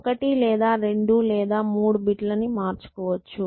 ఒకటి లేదా రెండు లేదా మూడు బిట్ లని మార్చుకోవచ్చు